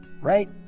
right